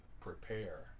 prepare